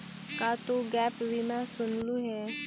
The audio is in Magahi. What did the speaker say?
का तु गैप बीमा सुनलहुं हे?